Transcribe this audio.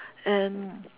and